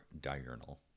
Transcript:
diurnal